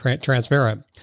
transparent